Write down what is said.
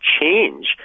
change